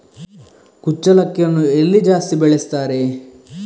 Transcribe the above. ಕುಚ್ಚಲಕ್ಕಿಯನ್ನು ಎಲ್ಲಿ ಜಾಸ್ತಿ ಬೆಳೆಸ್ತಾರೆ?